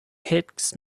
higgs